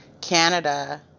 Canada